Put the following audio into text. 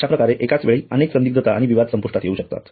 अश्याप्रकारे एकाच वेळी अनेक संदिग्धता आणि विवाद संपुष्टात येऊ शकतात